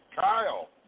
Kyle